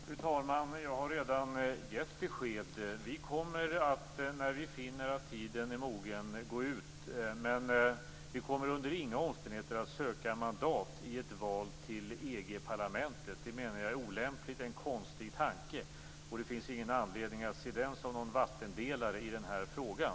Fru talman! Jag har redan gett besked. Vi kommer, när vi finner att tiden är mogen, att gå ut. Men vi kommer under inga omständigheter att söka mandat i ett val till EG-parlamentet. Det menar jag är olämpligt; det är en konstig tanke. Det finns ingen anledning att se den som en vattendelare i den här frågan.